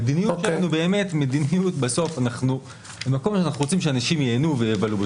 המדיניות שלנו היא שאנחנו רוצים שאנשים ייהנו ויבלו,